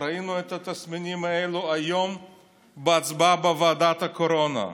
ראינו את התסמינים האלה היום בהצבעה בוועדת הקורונה.